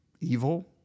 evil